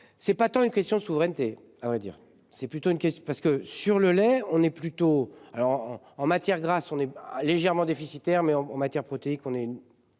C'est pas tant une question de souveraineté, à vrai dire c'est plutôt une question parce que sur le lait, on est plutôt. Alors en matière grasse, on est légèrement déficitaire mais en en matière protéique. On est